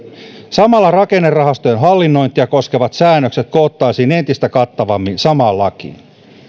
samalla rakennerahastojen hallinnointia koskevat säännökset koottaisiin entistä kattavammin samaan lakiin